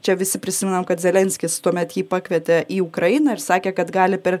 čia visi prisimenam kad zelenskis tuomet jį pakvietė į ukrainą ir sakė kad gali per